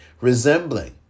resembling